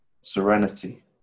serenity